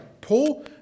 Paul